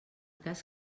cas